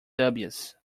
dubious